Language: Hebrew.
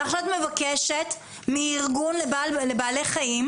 ועכשיו את מבקשת מארגון לבעלי חיים,